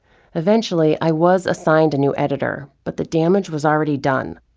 eventually, i was assigned a new editor, but the damage was already done.